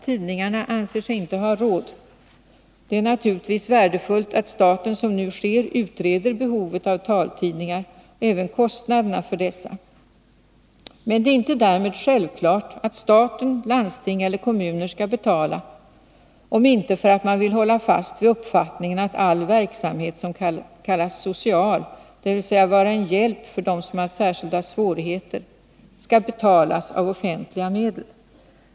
Tidningarna anser sig inte ha råd. Det är naturligtvis värdefullt att staten, som nu sker, utreder behovet av taltidningar och även kostnaderna för dessa. Men det är inte därmed självklart att stat, landsting eller kommuner skall betala, om inte för att man vill hålla fast vid uppfattningen att all verksamhet som kan kallas social, dvs. är en hjälp för dem som har särskilda svårigheter, skall betalas av offentliga medel.